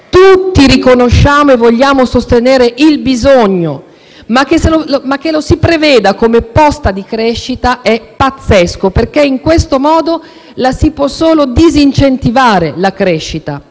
Tutti riconosciamo e vogliamo sostenere il bisogno, ma che lo si preveda come posta di crescita è pazzesco, perché in questo modo si può solo disincentivarla.